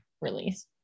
release